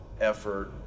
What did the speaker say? effort